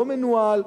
לא מנוהל,